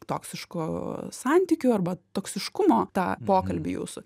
toksiško santykių arba toksiškumo tą pokalbį jūsų